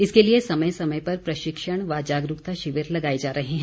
इसके लिए समय समय पर प्रशिक्षण व जागरूकता शिविर लगाए जा रहे हैं